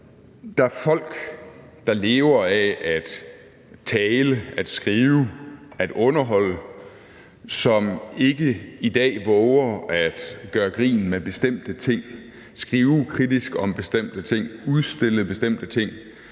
Der er folk, der lever af at tale, at skrive og at underholde, som ikke i dag vover at gøre grin med bestemte ting, skrive kritisk om bestemte ting og udstille bestemte ting,